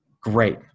Great